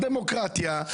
דמוקרטיה,